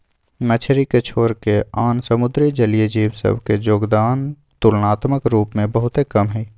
मछरी के छोरके आन समुद्री जलीय जीव सभ के जोगदान तुलनात्मक रूप से बहुते कम हइ